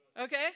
Okay